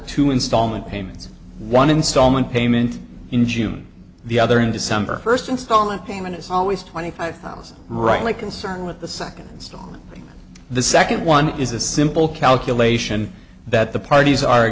two installment payments one installment payment in june the other in december first installment payment is always twenty five thousand rightly concerned with the second installment the second one is a simple calculation that the parties are